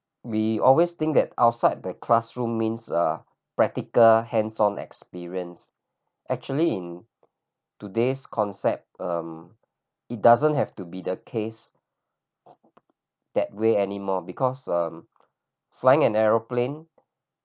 we always think that outside the classroom means uh practical hands on experience actually in today's concept um it doesn't have to be the case that way anymore because um flying an aeroplane